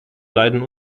leiden